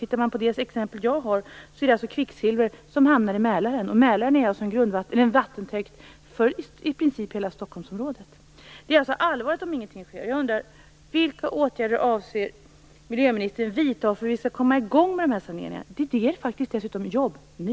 I det exempel jag har hamnar kvicksilver i Mälaren, som ju är en vattentäkt för i princip hela Stockholmsområdet. Det är alltså allvarligt om ingenting sker. Det ger ju dessutom jobb nu!